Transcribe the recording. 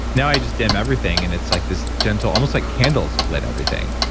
now i just dim everything and it's like this gentle almost like candles have lit everything.